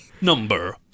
Number